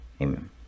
amen